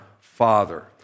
Father